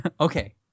Okay